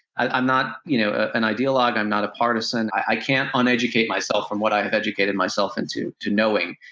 i'm not you know an ideologue, i'm not a partisan, i can't uneducate myself from what i have educated myself into, to knowing,